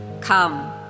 Come